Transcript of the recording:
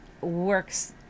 works